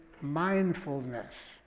mindfulness